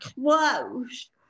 close